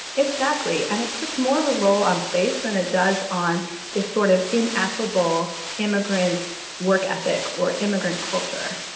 exactly. and it puts more of a role on place than it does on this sort of ineffable immigrant work ethic or immigrant culture.